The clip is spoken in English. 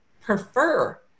prefer